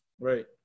Right